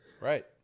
Right